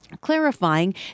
clarifying